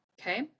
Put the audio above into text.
Okay